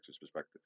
perspective